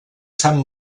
sant